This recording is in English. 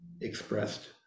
expressed